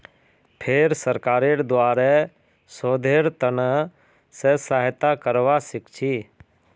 फेर सरकारेर द्वारे शोधेर त न से सहायता करवा सीखछी